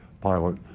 pilot